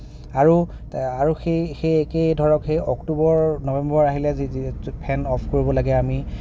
আৰু তা সেই সেই একেই ধৰক সেই অক্টোবৰ নৱেম্বৰ আহিলে যি ফেন অফ কৰিব লাগে আমি